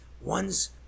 One's